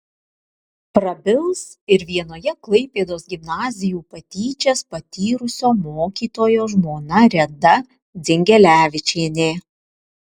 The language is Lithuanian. prabils ir vienoje klaipėdos gimnazijų patyčias patyrusio mokytojo žmona reda dzingelevičienė